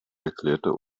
erklärte